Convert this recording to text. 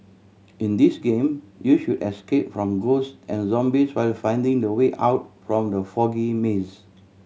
in this game you should escape from ghost and zombies while finding the way out from the foggy maze